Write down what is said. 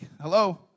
Hello